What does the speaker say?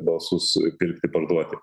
balsus pirkti parduoti